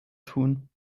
tun